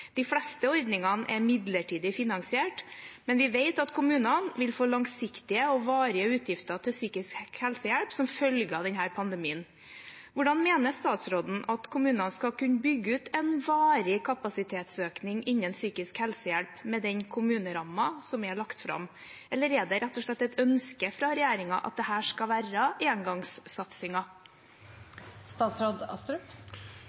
De fleste ordningene er midlertidig finansiert, men vi vet at kommunene vil få langsiktige og varige utgifter til psykisk helsehjelp som følge av denne pandemien. Hvordan mener statsråden at kommunene skal kunne bygge ut en varig kapasitetsøkning innen psykisk helsehjelp med den kommunerammen som er lagt fram? Eller er det rett og slett et ønske fra regjeringen at dette skal være